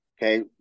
Okay